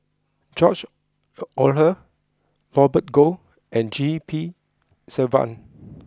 George Oehlers Robert Goh and G P Selvam